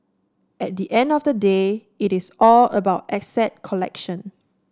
at the end of the day it is all about asset allocation